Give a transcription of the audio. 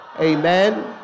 amen